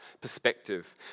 perspective